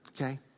okay